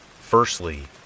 firstly